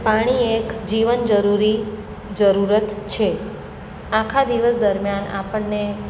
પાણી એક જીવન જરૂરી જરૂરત છે આખા દિવસ દરમિયાન આપણને